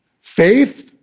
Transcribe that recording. faith